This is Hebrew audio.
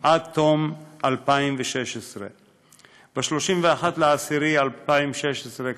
עד תום 2016. ב-31 באוקטובר 2016,